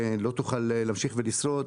משבר שנמשך כשבועיים,